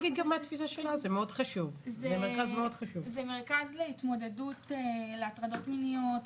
זה מרכז להתמודדות עם הטרדות מיניות,